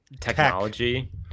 technology